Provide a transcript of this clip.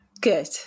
good